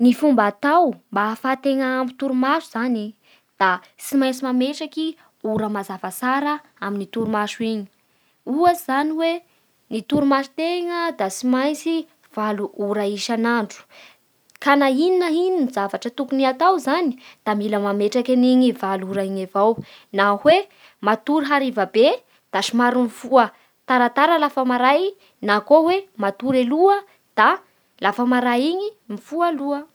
Ny fomba atao mba ahafahantegna ampy torimaso zany da gtsy maintsy mametraky ora mazava tsara amin'ny torimaso iny. Ohatsy zany hoe ny torimasotegna da tsy maintsy valo ora isan'andro, ka na inona na inona zavatra tokony hatao zany da mila metraky an'igny valo ora igny avao, na hoe matory hariva be da somary mifoha taratara lafa maray na koa matory aloha da lafa maray iny mifoha aloha.